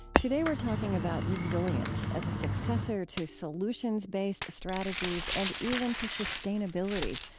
today we're talking about resilience as a successor to solutions-based strategies and even to sustainability,